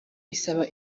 isaba